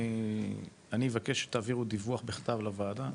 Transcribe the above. אני מבקש שתעבירו דיווח בכתב לוועדה,